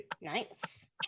nice